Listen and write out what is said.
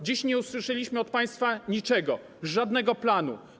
Dziś nie usłyszeliśmy od państwa niczego, żadnego planu.